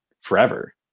forever